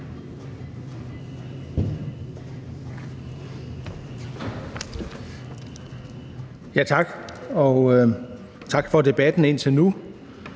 tak for debatten indtil nu.